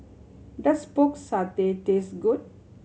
does Pork Satay taste good